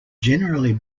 generally